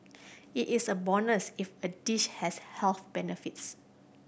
it is a bonus if a dish has health benefits